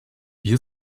wir